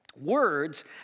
words